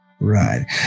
Right